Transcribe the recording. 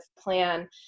plan